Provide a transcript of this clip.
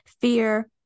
fear